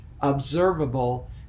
observable